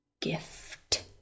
Gift